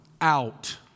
out